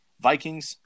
Vikings